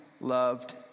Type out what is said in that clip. loved